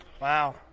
Wow